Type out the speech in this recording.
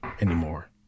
anymore